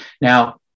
Now